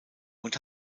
und